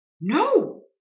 No